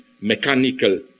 mechanical